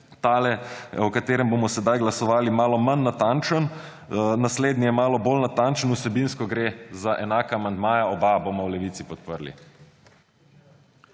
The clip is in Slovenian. tale, o katerem bomo sedaj glasovali, malo manj natančen, naslednji je malo bolj natančen. Vsebinsko gre za enaka amandmaja. Oba bomo v Levici podprli.